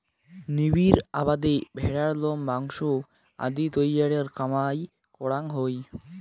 নিবিড় আবাদে ভ্যাড়ার লোম, মাংস আদি তৈয়ারের কামাই করাং হই